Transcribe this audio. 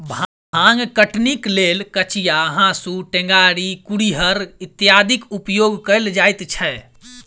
भांग कटनीक लेल कचिया, हाँसू, टेंगारी, कुरिहर इत्यादिक उपयोग कयल जाइत छै